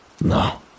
No